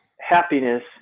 happiness